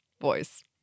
voice